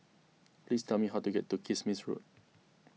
please tell me how to get to Kismis Road